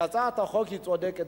כי הצעת החוק הזו היא צודקת.